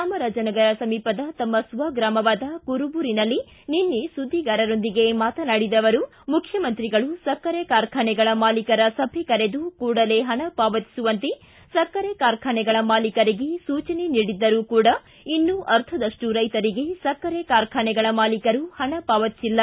ಚಾಮರಾಜನಗರ ಸಮೀಪದ ತಮ್ಮ ಸ್ವಗ್ರಾಮವಾದ ಕುರುಬೂರಿನಲ್ಲಿ ನಿನ್ನೆ ಸುದ್ದಿಗಾರರೊಂದಿಗೆ ಮಾತನಾಡಿದ ಅವರು ಮುಖ್ಯಮಂತ್ರಿಗಳು ಸಕ್ಕರೆ ಕಾರ್ಖಾನೆಗಳ ಮಾಲೀಕರ ಸಭೆ ಕರೆದು ಕೂಡಲೇ ಹಣ ಪಾವತಿಸುವಂತೆ ಸಕ್ಕರೆ ಕಾರ್ಖಾನೆಗಳ ಮಾಲೀಕರಿಗೆ ಸೂಚನೆ ನೀಡಿದ್ದರೂ ಕೂಡ ಇನ್ನೂ ಅರ್ಧದಷ್ಟು ರೈತರಿಗೆ ಸಕ್ಕರೆ ಕಾರ್ಖಾನೆಗಳ ಮಾಲೀಕರು ಹಣ ಪಾವತಿಸಿಲ್ಲ